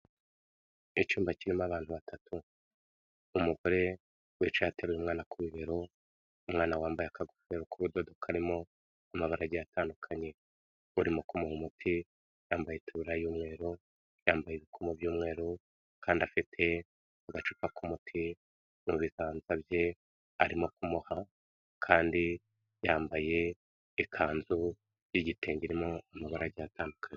Icyumba kirimo abantu batatu n'umugore wicaye ateruye umwana ku bibero umwana wambaye akagofero kubudodo karimo amabara agiye atandukanye, urimo kumuha umuti yambaye itaburiya y'umweru yambaye ibikomo by'umweru, kandi afite agacupa k'umuti mu biganza bye arimo kumuha kandi yambaye ikanzu y'igitenge irimo amabara atandukanye.